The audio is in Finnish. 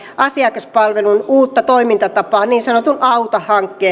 asiakaspalvelun uutta toimintatapaa niin sanotun auta hankkeen kautta